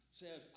says